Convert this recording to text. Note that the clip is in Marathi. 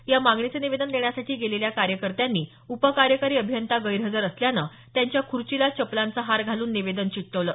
या मागणीचं निवेदन देण्यासाठी गेलेल्या कार्यकर्त्यांनीं उपकार्यकारी अभियंता गैरहजर असल्यानं त्यांच्या खूर्चीला चपलांचा हार घालून निवेदन चिकटवलं